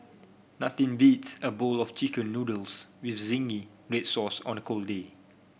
nothing beats a bowl of chicken noodles with zingy red sauce on a cold day